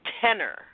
tenor